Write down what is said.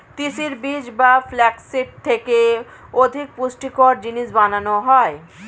তিসির বীজ বা ফ্লাক্স সিড থেকে অধিক পুষ্টিকর জিনিস বানানো হয়